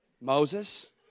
Moses